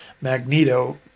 Magneto